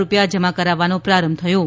રૂપિયા જમા કરાવવાનો પ્રારંભ થયો છે